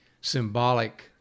symbolic